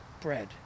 bread